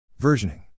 Versioning